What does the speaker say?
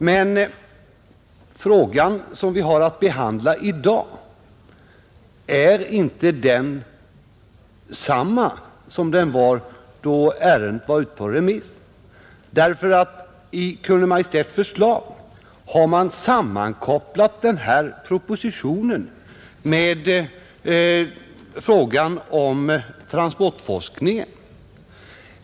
Men den fråga som vi i dag har att behandla är inte densamma som den var då ärendet var ute på remiss, I Kungl. Maj:ts förslag har man nämligen sammankopplat denna proposition med frågan om transportforskningen.